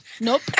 nope